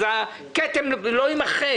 הכתם לא יימחה.